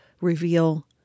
reveal